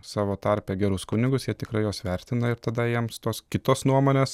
savo tarpe gerus kunigus jie tikrai juos vertina ir tada jiems tos kitos nuomonės